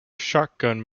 shotgun